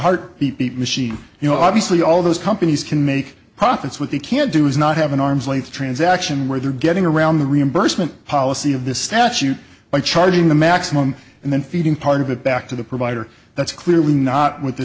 beat machine you know obviously all those companies can make profits what they can do is not have an arm's length transaction where they're getting around the reimbursement policy of the statute by charging the maximum and then feeding part of it back to the provider that's clearly not what the